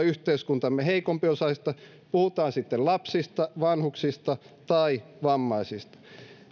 yhteiskuntamme heikompiosaisista puhutaan sitten lapsista vanhuksista tai vammaisista